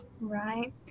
right